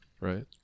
right